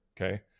Okay